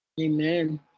Amen